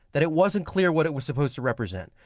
that it wasn't clear what it was supposed to represent.